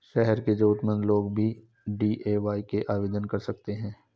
शहर के जरूरतमंद लोग भी डी.ए.वाय के लिए आवेदन कर सकते हैं